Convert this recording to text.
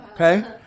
Okay